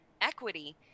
Equity